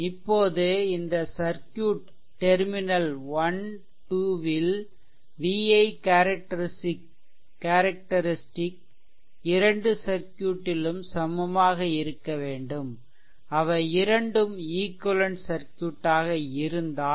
இப்போது இந்த circuit terminal 12 ல் v i கேரெக்டெரிஸ்டிக் இரண்டு சர்க்யூட்டிலும் சமமாக இருக்க வேண்டும் அவை இரண்டும் ஈக்வெலென்ட் சர்க்யூட் ஆக இருந்தால்